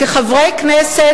כחברי הכנסת,